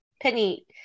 Penny